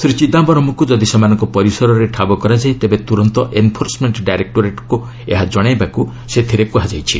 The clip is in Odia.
ଶ୍ରୀ ଚିଦାମ୍ଘରମ୍ଙ୍କୁ ଯଦି ସେମାନଙ୍କ ପରିସରରେ ଠାବ କରାଯାଏ ତେବେ ତୁରନ୍ତ ଏନ୍ଫୋର୍ସମେଣ୍ଟ ଡାଇରେକ୍ଟୋରେଟ୍କୁ ଏହା ଜଶାଇବାକୁ ସେଥିରେ କୁହାଯାଇଛି